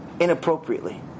inappropriately